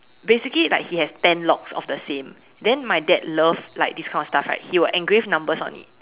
basically like he has ten locks of the same then my dad love like this kind of stuff right he will engrave numbers on it